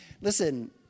Listen